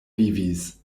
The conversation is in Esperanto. vivis